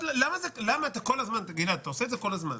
אתה עושה את זה כל הזמן.